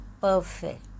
perfect